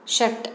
षट्